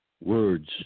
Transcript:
words